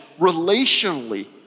relationally